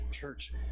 Church